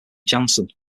janssen